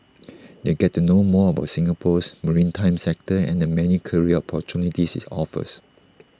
they get to know more about Singapore's maritime sector and the many career opportunities IT offers